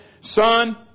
Son